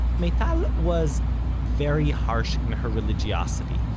meital was very harsh in her religiosity,